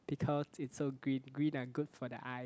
because it's so green green are good for the eye